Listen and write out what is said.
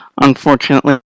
Unfortunately